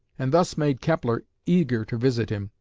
and thus made kepler eager to visit him,